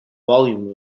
volume